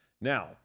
now